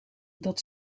dat